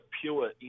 pure